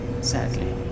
Sadly